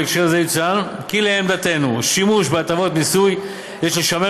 בהקשר זה יצוין כי לעמדתנו שימוש בהטבות מיסוי יש לשמור